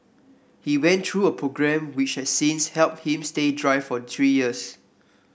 he went through a programme which has since helped him stay dry for three years